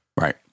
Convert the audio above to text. Right